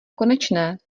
konečné